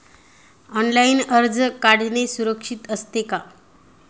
Online कर्ज काढणे सुरक्षित असते का?